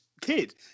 Kid